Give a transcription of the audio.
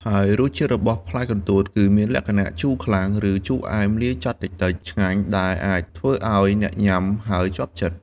ហើយរសជាតិរបស់ផ្លែកន្ទួតគឺមានលក្ខណៈ ជូរខ្លាំង ឬជូរអែមលាយចត់តិចៗឆ្ងាញ់ ដែលអាចធ្វើឱ្យអ្នកញ៉ាំហើយជាប់ចិត្ត។